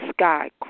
sky